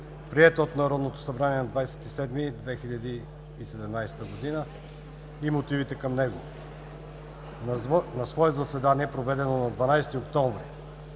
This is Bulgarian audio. приет от Народното събрание на 27 септември 2017 г., и мотивите към него На свое заседание, проведено на 12 октомври